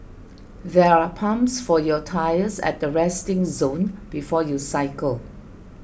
there are pumps for your tyres at the resting zone before you cycle